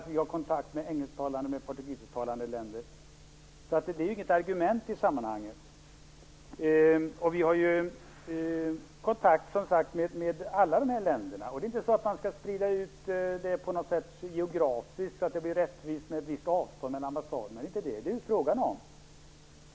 Vi har kontakt med engelsktalande och portugisisktalande länder där. Det är inget argument i sammanhanget. Vi har som sagt kontakt med alla de här länderna. Det är inte så att man på något sätt skall sprida ut ambassaderna geografiskt så att det blir rättvist med ett visst avstånd mellan dem, det är inte det som det är fråga om.